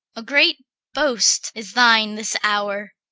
a great boast is thine this hour.